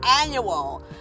annual